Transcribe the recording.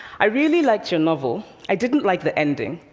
i really liked your novel. i didn't like the ending.